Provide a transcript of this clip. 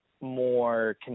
more